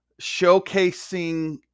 showcasing